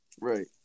Right